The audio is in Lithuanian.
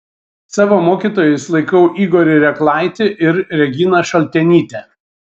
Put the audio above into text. savo mokytojais laikau igorį reklaitį ir reginą šaltenytę